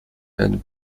and